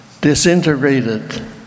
disintegrated